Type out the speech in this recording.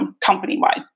company-wide